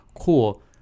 cool